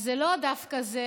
אז זה לא דווקא זה,